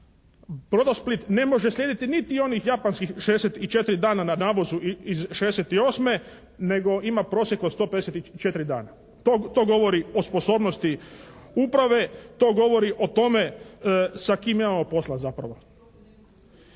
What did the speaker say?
"Brodosplit" ne može slijediti niti onih japanskih 64 dana na navozu iz '68. nego ima prosjek od 154 dana. To govori o sposobnosti uprave, to govori o tome sa kime imamo posla zapravo.